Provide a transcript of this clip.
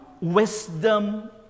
wisdom